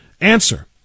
Answer